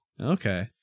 Okay